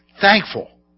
Thankful